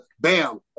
bam